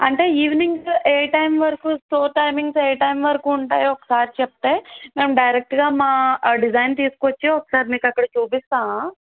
అంటే ఈవినింగ్సు ఏ టైం వరకూ స్టోర్ టైమింగ్సు ఏ టైమ్ వరకూ ఉంటాయో ఒకసారి చెప్తే మేం డైరెక్ట్గా మా డిజైన్ తీసుకొచ్చి ఒకసారి మీకు అక్కడ చూపిస్తాం